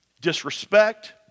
disrespect